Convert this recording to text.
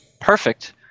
perfect